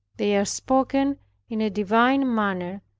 they are spoken in a divine manner,